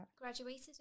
graduated